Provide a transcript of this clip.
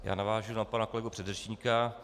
Já navážu na pana kolegu předřečníka.